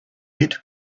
hit